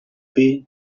fill